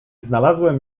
znalazłem